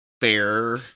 fair